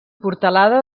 portalada